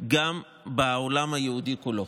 גם בעולם היהודי כולו,